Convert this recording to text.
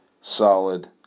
solid